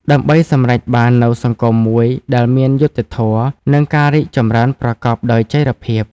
ដើម្បីសម្រេចបាននូវសង្គមមួយដែលមានយុត្តិធម៌ និងការរីកចម្រើនប្រកបដោយចីរភាព។